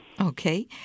Okay